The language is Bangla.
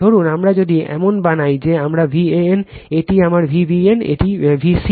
ধরুন আমরা যদি এমন বানাই যে এটি আমার Van এটি আমার Vbn এটি আমার Vcn